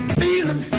feeling